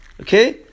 Okay